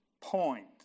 point